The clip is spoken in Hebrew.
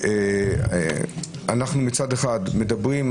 אנחנו מצד אחד מדברים.